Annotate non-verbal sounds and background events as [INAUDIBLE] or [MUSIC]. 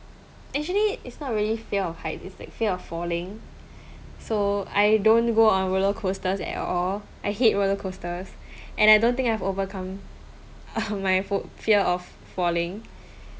actually it's not really fear of heights it's like fear of falling so I don't go on roller coasters at all I hate roller coasters and I don't think I have overcome [LAUGHS] my fo~ fear of falling